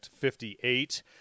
58